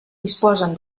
disposen